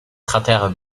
cratère